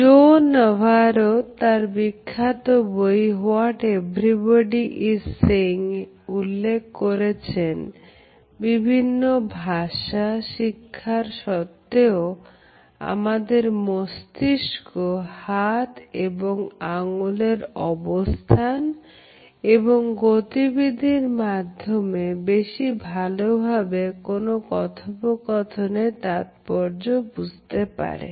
Joe Navarro তার বিখ্যাত বই What Everybody is Saying উল্লেখ করেছেন বিভিন্ন ভাষা শিক্ষার সত্বেও আমাদের মস্তিষ্ক হাত এবং আঙ্গুলের অবস্থান এবং গতিবিধি মাধ্যমে বেশি ভালো ভাবে কোন কথোপকথনের তাৎপর্য বুঝতে পারে